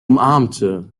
umarmte